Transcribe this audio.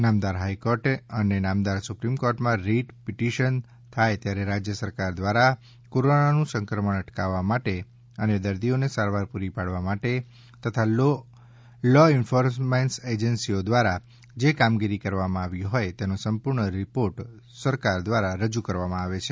નામદાર હાઇકોર્ટ અને નામદાર સુપ્રિમકોર્ટમાં રીટ પીટીશન થાય ત્યારે રાજ્ય સરકાર દ્વારા કોરોનાનું સંક્રમણ અટકાવવામાટે અને દર્દીઓને સારવાર પૂરી પાડવા માટે તથા લો એન્ફોર્સમેન્ટ એજન્સીઓ દ્વારા જે કામગીરી કરવામાં આવી હોય તેનો સંપૂર્ણ રીપોર્ટ સરકાર દ્વારા રજૂકરવામાં આવે છે